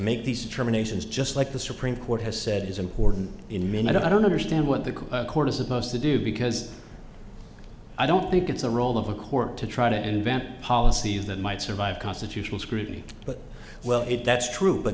make these determinations just like the supreme court has said is important in a minute i don't understand what the court is supposed to do because i don't think it's the role of a court to try to invent policies that might survive constitutional scrutiny but well it that's true but